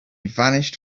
vanished